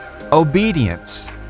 obedience